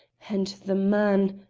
and the man,